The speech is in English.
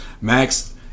Max